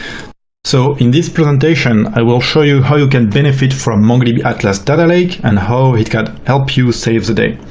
so in this presentation, i will show you how you can benefit from mongodb atlas data lake and how it can help you save the day.